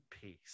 peace